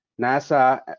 NASA